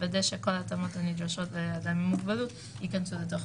לוודא שכל ההתאמות הנדרשות לאדם עם מוגבלות ייכנסו לתקנות.